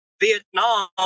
Vietnam